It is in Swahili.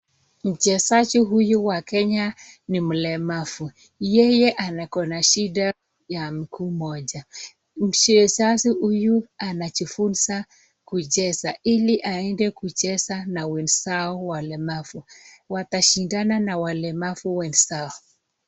Mchezaji huyu wa Kenya ni mlemavu. Yeye ako na shida ya mguu moja. Mchezaji huyu anajifunza kucheza ili aende kucheza na wenzao walemavu. Watashindana na walemavu wenzao.